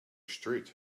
street